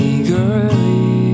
Eagerly